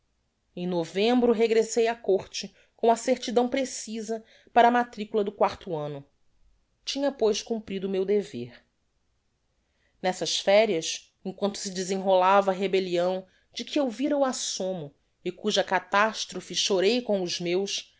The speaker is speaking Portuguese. em novembro regressei á côrte com a certidão precisa para a matricula do o anno tinha pois cumprido o meu dever nessas ferias emquanto se desenrolava a rebellião de que eu vira o assomo e cuja catastrophe chorei com os meus